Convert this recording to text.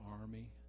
army